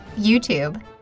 youtube